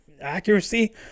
accuracy